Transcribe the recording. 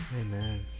Amen